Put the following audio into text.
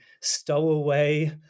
stowaway